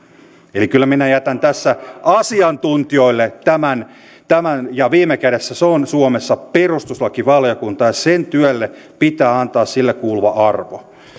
eli kyllä minä jätän tässä asiantuntijoille tämän tämän ja viime kädessä se on suomessa perustuslakivaliokunta ja sen työlle pitää antaa sille kuuluva arvo